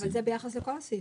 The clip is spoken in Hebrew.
אבל זה ביחס לכל הסעיפים.